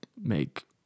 make